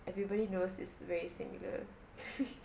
everybody knows it's very similar